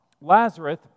Lazarus